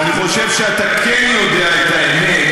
ואני חושב שאתה כן יודע את האמת,